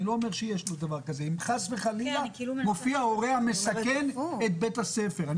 אני לא אומר שיש דבר כזה אם חס וחלילה מופיע הורה המסכן את בית הספר,